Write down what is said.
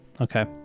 Okay